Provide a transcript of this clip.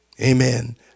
amen